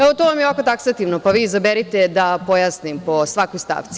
Evo, to vam je ovako taksativno, pa vi izaberite da pojasnim po svakoj stavci.